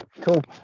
cool